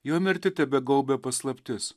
jo mirtį tebegaubia paslaptis